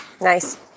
nice